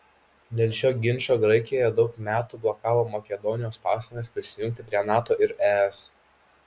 dėl šio ginčo graikija daug metų blokavo makedonijos pastangas prisijungti prie nato ir es